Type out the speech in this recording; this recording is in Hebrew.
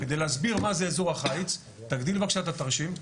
כדי להסביר מה זה אזור החיץ, זו התקנה.